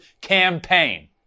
campaign